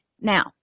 Now